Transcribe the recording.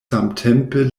samtempe